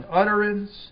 utterance